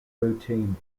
routine